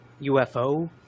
UFO